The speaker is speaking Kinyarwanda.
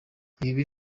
ibi